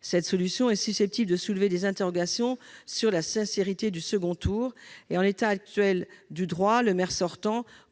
Cette solution est susceptible de soulever des interrogations sur la sincérité du second tour du scrutin. En l'état actuel du droit, le maire sortant